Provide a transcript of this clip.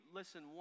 listen